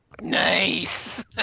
Nice